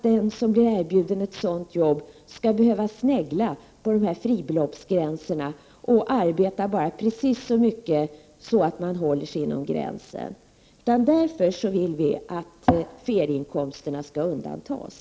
Den som blir erbjuden ett sådant arbete skall inte behöva snegla på fribeloppsgränserna och arbeta bara precis så mycket att hon eller han håller sig inom gränsen. Av den anledningen vill vi att ferieinkomsterna skall undantas.